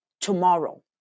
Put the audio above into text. tomorrow